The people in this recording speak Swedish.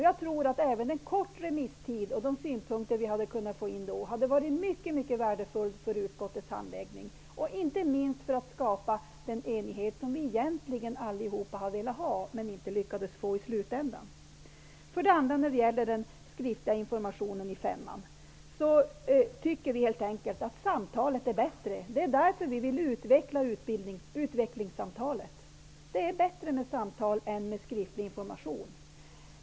Jag tror att även de synpunkter som vi hade kunnat få in under en kort remisstid hade varit mycket värdefulla för utskottets handläggning, inte minst för att skapa den enighet som vi alla egentligen hade velat ha men inte lyckades få till stånd i slutändan. När det gäller den skriftliga informationen i femman tycker vi helt enkelt att det är bättre med samtal än med skriftlig information.